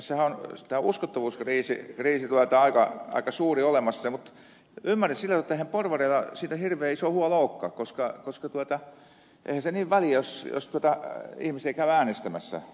tässähän on tämä aika suuri uskottavuuskriisi olemassa mutta ymmärrän sillä tavalla että eihän porvareilla siitä hirveän iso huoli olekaan koska eihän sillä niin väliä jos ihmisiä käy äänestämässä